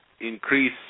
increase